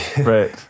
Right